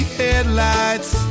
headlights